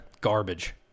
garbage